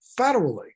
federally